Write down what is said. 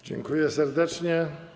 Dziękuję serdecznie.